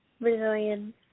Brazilian